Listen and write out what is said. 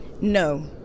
No